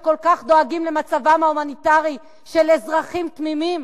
שכל כך דואגים למצבם ההומניטרי של אזרחים תמימים,